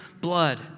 blood